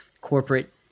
corporate